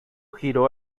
giró